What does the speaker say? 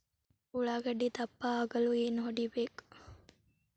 ಉಳ್ಳಾಗಡ್ಡೆ ದಪ್ಪ ಆಗಲು ಏನು ಹೊಡಿಬೇಕು?